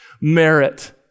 merit